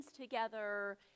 together